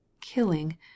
killing